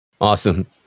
Awesome